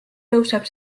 tõuseb